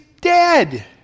dead